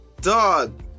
dog